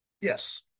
Yes